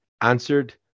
answered